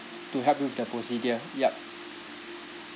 to help you with the procedure yup